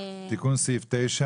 סעיף 9